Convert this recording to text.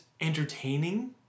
entertaining